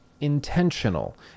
intentional